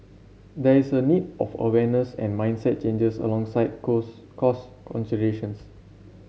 there is a need of awareness and mindset changes alongside cause cost considerations